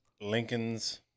Lincoln's